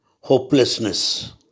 hopelessness